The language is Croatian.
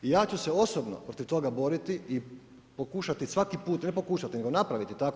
Ja ću se osobno protiv toga boriti i pokušati svaki put, ne pokušati, nego napraviti tako.